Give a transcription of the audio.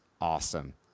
awesome